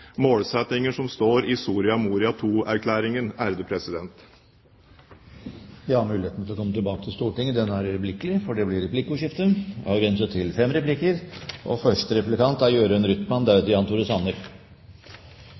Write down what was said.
målsettinger som står i Soria Moria II-erklæringen. Muligheten til å komme tilbake til Stortinget er øyeblikkelig, for det blir replikkordskifte. Når det gjelder de ansattes medeierskap i egen bedrift, finnes det en del forskning på dette. Konklusjonen er